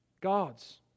gods